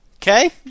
Okay